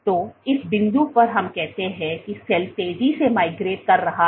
तो इस बिंदु पर हम कहते हैं कि सेल तेजी से माइग्रेट कर रहा है